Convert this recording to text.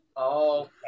okay